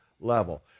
level